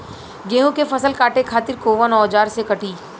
गेहूं के फसल काटे खातिर कोवन औजार से कटी?